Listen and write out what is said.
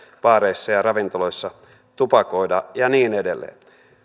baareissa ja ravintoloissa tupakoida ja niin edelleen